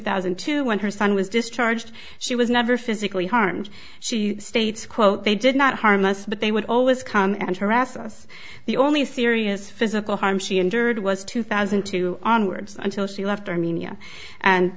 thousand and two when her son was discharged she was never physically harmed she states quote they did not harm us but they would always come and harass us the only serious physical harm she endured was two thousand two onwards until she left armenia and